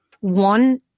one